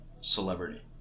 celebrity